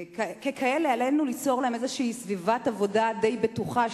וככאלה עלינו ליצור להם איזו סביבת עבודה די בטוחה,